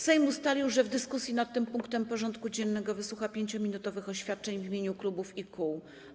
Sejm ustalił, że w dyskusji nad tym punktem porządku dziennego wysłucha 5-minutowych oświadczeń w imieniu klubów i kół.